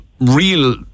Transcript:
real